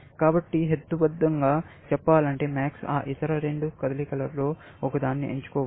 కాబట్టి హేతుబద్ధంగా చెప్పాలంటే max ఆ ఇతర రెండు కదలికలలో ఒకదాన్ని ఎంచుకోవచ్చు